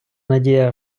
надія